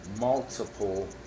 multiple